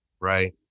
right